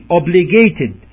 obligated